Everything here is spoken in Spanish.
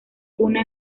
cuna